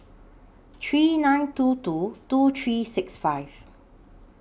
three nine two two two three six five